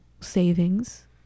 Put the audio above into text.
savings